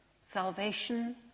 Salvation